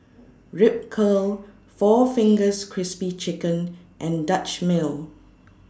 Ripcurl four Fingers Crispy Chicken and Dutch Mill